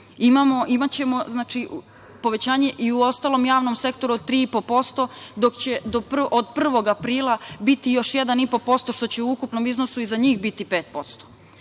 Imaćemo povećanje i u ostalom javnom sektoru od 3,5%, dok će od 1. aprila biti još 1,5% što će u ukupnom iznosu i za njih biti